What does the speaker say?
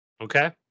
Okay